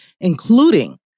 including